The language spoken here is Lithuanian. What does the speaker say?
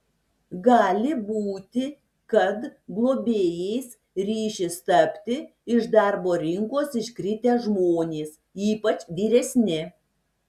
gali būti kad globėjais ryšis tapti iš darbo rinkos iškritę žmonės ypač vyresni